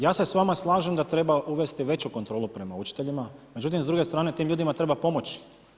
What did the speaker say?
Ja se s vama slažem da treba uvesti veću kontrolu prema učiteljima, međutim s druge strane, tim ljudima treba pomoći.